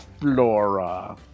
flora